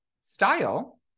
style